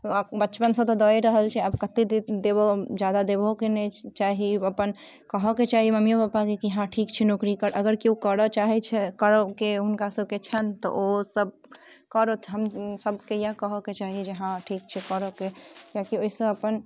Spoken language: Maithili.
आ बचपन सँ तऽ दए रहल छै आब कते देतै जादा देबहो के नहि चाही अपन कहऽ के चाही ममियो पपा के कि हॅं ठीक छै नौकरी कर अगर केओ करऽ चाहै छै करौ के हुनका सभके छनि तऽ ओ सभ करौथ हमसभ के इएह कहऽ के चाही कि जे हॅं ठीक छै कर के किएकि ओहिसँ अपन